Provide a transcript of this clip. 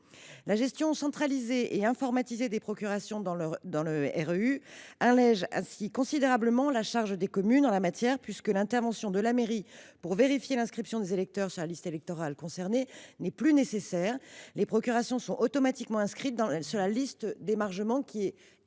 La gestion centralisée et informatisée des procurations dans le REU allège ainsi considérablement la charge des communes en la matière, puisque l’intervention de la mairie pour vérifier l’inscription des électeurs sur la liste électorale concernée n’est plus nécessaire, les procurations étant automatiquement inscrites sur la liste d’émargement éditée